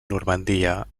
normandia